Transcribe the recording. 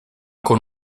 con